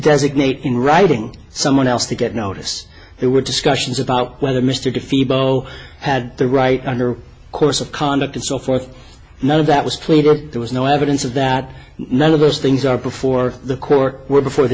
designate in writing someone else to get notice there were discussions about whether mr coffey bono had the right under course of conduct and so forth none of that was played or there was no evidence of that none of those things are before the court were before the